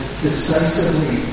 decisively